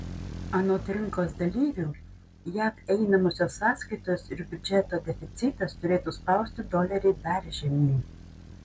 anot rinkos dalyvių jav einamosios sąskaitos ir biudžeto deficitas turėtų spausti dolerį dar žemyn